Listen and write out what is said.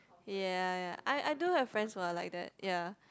ya ya ya I I do have friends who are like that ya